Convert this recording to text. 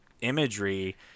imagery